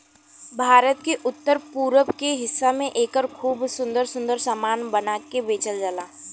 भारत के उत्तर पूरब के हिस्सा में एकर खूब सुंदर सुंदर सामान बना के बेचल जाला